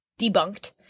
debunked